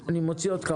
אני מוציא אותך.